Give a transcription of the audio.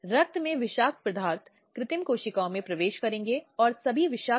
इसलिए तस्करी एक बहुत बड़ी समस्या है